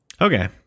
okay